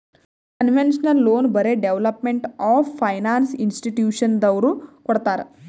concessional loan ಬರೇ development of finance ಇನ್ಸ್ಟಿಟ್ಯೂಷನದವ್ರು ಕೊಡ್ತಾರ್